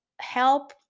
help